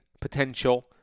potential